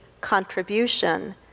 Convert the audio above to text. contribution